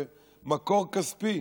למקור כספי.